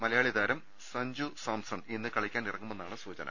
മലയാളിതാരം സഞ്ജുസാംസൺ ഇന്ന് കളിക്കാനിറങ്ങുമെന്നാണ് സൂച ന